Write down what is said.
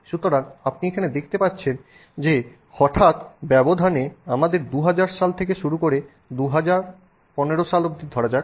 সুতরাং আপনি এখানে দেখতে পাচ্ছেন যে হঠাৎ ব্যবধানে আমাদের 2000 সাল থেকে শুরু করে 2000 বা ২০১৫ সাল অবধি ধরা যাক